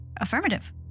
Affirmative